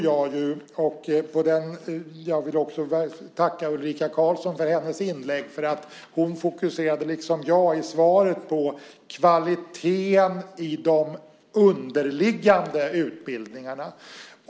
Jag vill också tacka Ulrika Carlsson för hennes inlägg. Hon fokuserade, liksom jag i svaret, på kvaliteten i de underliggande utbildningarna.